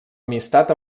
amistat